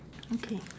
okay